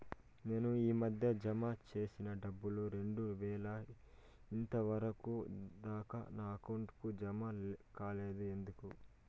నేను ఈ మధ్య జామ సేసిన డబ్బులు రెండు వేలు ఇంతవరకు దాకా నా అకౌంట్ కు జామ కాలేదు ఎందుకు?